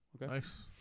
Nice